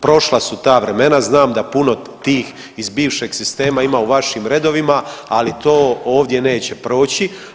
Prošla su ta vremena, znam da puno tih iz bivšeg sistema ima u vašim redovima, ali to ovdje neće proći.